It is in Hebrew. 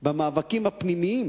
במאבקים הפנימיים